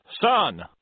son